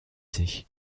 sich